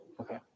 Okay